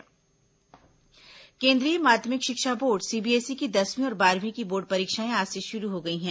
CBSE परीक्षा केन्द्रीय माध्यमिक शिक्षा बोर्ड सीबीएसई की दसवीं और बारहवीं की बोर्ड परीक्षाएं आज से शुरू हो गई हैं